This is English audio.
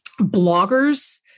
Bloggers